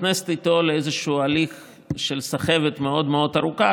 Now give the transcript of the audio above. נכנסת איתו לאיזשהו הליך של סחבת מאוד מאוד ארוכה,